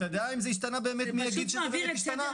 אתה יודע אם זה השתנה מי יגיד שזה באמת השתנה?